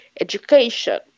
education